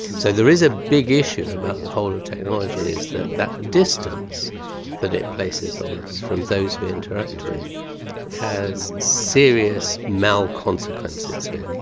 so there is a big issue about the whole of technology, is that that distance that it places on us from those we interact with has serious mal-consequences really.